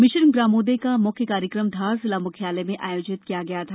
mission Gramodaya का मुख्य कार्यकम धार जिला मुख्यालय में आयोजित किया गया था